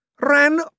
Ran